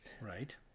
right